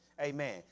Amen